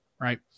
right